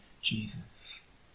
jesus